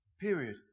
Period